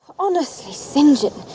honestly st. john,